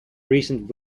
recent